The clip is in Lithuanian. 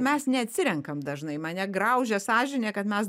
mes neatsirenkam dažnai mane graužia sąžinė kad mes